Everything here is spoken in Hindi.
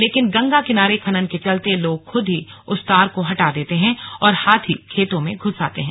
लेकिन गंगा किनारे खनन के चलते लोग खुद ही उस तार को हटा देते हैं और हाथी खेतों में घुस आते हैं